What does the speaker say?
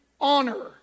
honor